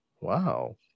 Wow